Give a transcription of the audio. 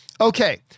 Okay